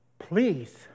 Please